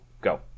go